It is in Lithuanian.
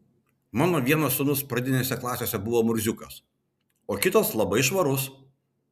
mano vienas sūnus pradinėse klasėse buvo murziukas o kitas labai švarus